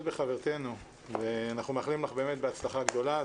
בחברותינו ואנחנו מאחלים לך באמת בהצלחה גדולה.